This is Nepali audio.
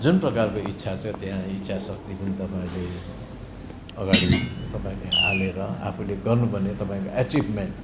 जुन प्रकारको इच्छा छ त्यहाँ इच्छा शक्ति पनि तपाईँहरूले अगाडि तपाईँले हालेर आफुले गर्नु पर्ने तपाईँको एचिभमेन्ट